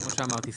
כמו שאמרתי,